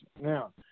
Now